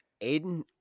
Aiden